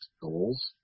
goals